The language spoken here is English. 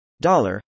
Dollar